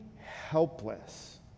helpless